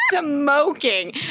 smoking